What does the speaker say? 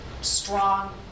strong